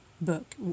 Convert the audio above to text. book